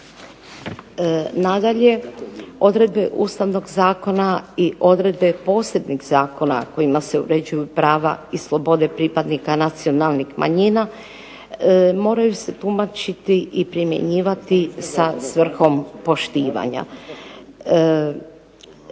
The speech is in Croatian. Nadalje, odredbe Ustavnog zakona i odredbe posebnih zakona kojima se uređuju prava i slobode pripadnika nacionalnih manjina moraju se tumačiti i primjenjivati sa svrhom poštivanja.